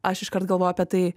aš iškart galvoju apie tai